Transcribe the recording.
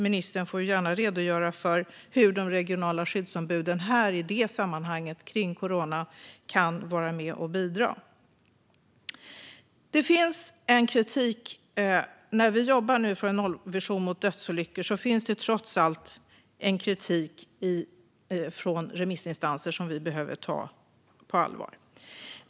Ministern får gärna redogöra för hur de regionala skyddsombuden kan vara med och bidra när det gäller corona. När vi jobbar för en nollvision mot dödsolyckor finns det trots allt en kritik från remissinstanser som vi behöver ta på allvar.